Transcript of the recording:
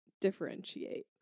differentiate